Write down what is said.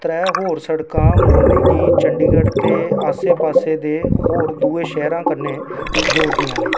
त्रै होर सड़कां मोरनी गी चंडीगढ़ ते आसे पासे दे होर दुए शैह्रें कन्नै जोड़दियां न